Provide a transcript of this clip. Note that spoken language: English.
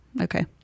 Okay